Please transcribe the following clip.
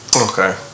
Okay